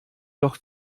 doch